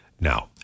Now